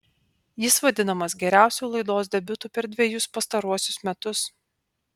jis vadinamas geriausiu laidos debiutu per dvejus pastaruosius metus